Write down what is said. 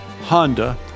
Honda